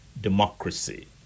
democracy